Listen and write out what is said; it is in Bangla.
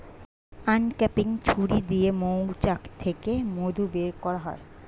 আনক্যাপিং ছুরি দিয়ে মৌচাক থেকে মধু বের করা হয়